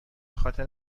خاطر